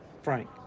Frank